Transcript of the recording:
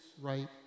right